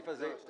זה (12)